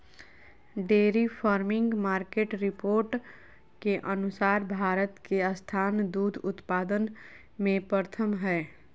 dairy farming market report के अनुसार भारत के स्थान दूध उत्पादन में प्रथम हय